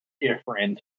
different